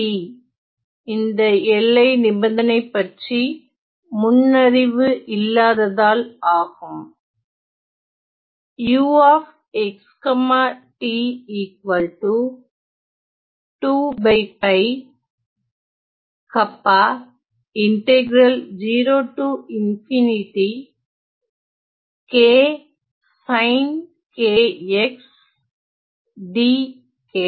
f இந்த எல்லை நிபந்தனை பற்றி முன் அறிவு இல்லாததால் ஆகும்